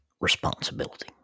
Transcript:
responsibility